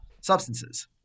substances